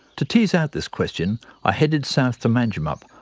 to tease out this question i headed south to manjimup,